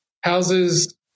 houses